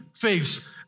face